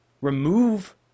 remove